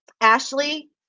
Ashley